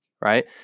Right